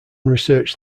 research